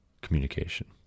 communication